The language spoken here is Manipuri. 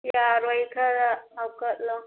ꯌꯥꯔꯣꯏ ꯈꯔꯒ ꯍꯥꯞꯀꯠꯂꯣ